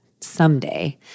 Someday